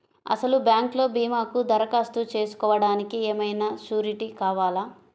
అసలు బ్యాంక్లో భీమాకు దరఖాస్తు చేసుకోవడానికి ఏమయినా సూరీటీ కావాలా?